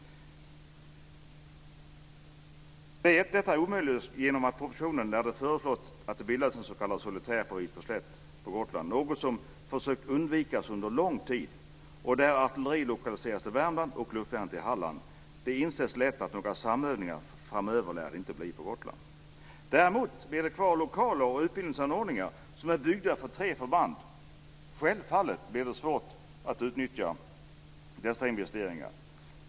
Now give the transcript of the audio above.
Detta omöjliggörs genom propositionen där det föreslås att det bildas en s.k. solitär på Wisborgsslätt på Gotland, något som man försökt undvika under lång tid, och där artilleri lokaliseras till Värmland och luftvärn till Halland. Det inses lätt att några samövningar framöver lär inte bli möjliga på Gotland. Däremot blir det kvar lokaler och utbildningsanordningar som är byggda för tre förband. Självfallet blir det svårt att fullt ut utnyttja dessa investeringar.